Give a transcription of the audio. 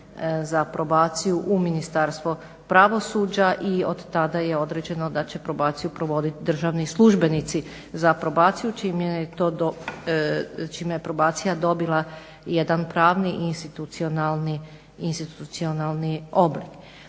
za probaciju u Ministarstvo pravosuđa i od tada je određeno da će probaciju provoditi državni službenici za probaciju čime je probacija dobila jedan pravni institucionalni oblik.